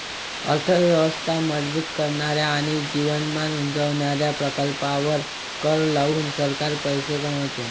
अर्थ व्यवस्था मजबूत करणाऱ्या आणि जीवनमान उंचावणाऱ्या प्रकल्पांवर कर लावून सरकार पैसे कमवते